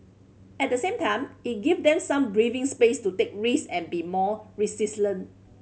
at the same time it give them some breathing space to take risk and be more